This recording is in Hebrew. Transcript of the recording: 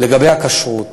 לגבי הכשרות,